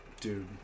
Dude